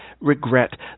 regret